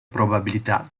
probabilità